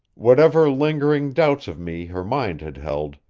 whatever lingering doubts of me her mind had held,